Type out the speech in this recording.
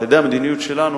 על-ידי המדיניות שלנו,